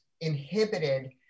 inhibited